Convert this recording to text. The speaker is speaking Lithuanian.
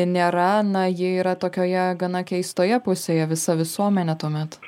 nėra na ji yra tokioje gana keistoje pusėje visa visuomenė tuomet